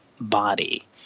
body